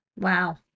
Wow